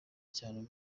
cyane